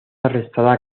arrestada